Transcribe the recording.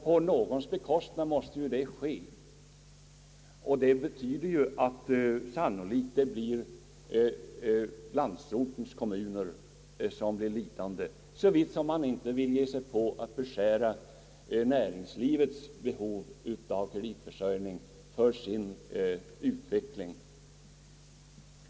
På någons bekostnad måste det ju ske, och sannolikt blir det landsortens kommuner som blir lidande, såvida man inte vill ge sig på att beskära näringslivets behov av kreditförsörjning för sin utveckling.